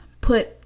put